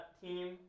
team